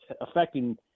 affecting